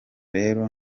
rero